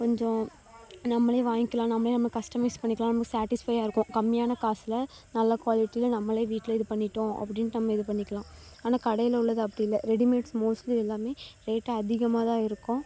கொஞ்சம் நம்மளே வாங்கிக்கலாம் நம்மளே நமக்கு கஸ்டமைஸ் பண்ணிக்கலாம் நமக்கு சாட்டிஸ்ஃபையாக இருக்கும் கம்மியான காசில் நல்ல குவாலிட்டியில் நம்மளே வீட்டில் இது பண்ணிவிட்டோம் அப்படின்ட்டு நம்ம இது பண்ணிக்கலாம் ஆனால் கடையில் உள்ளது அப்படி இல்லை ரெடிமேட்ஸ் மோஸ்ட்லி எல்லாமே ரேட்டு அதிகமாக தான் இருக்கும்